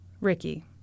Ricky